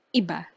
iba